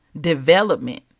development